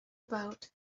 about